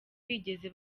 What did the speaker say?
bigeze